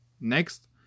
Next